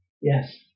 Yes